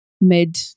mid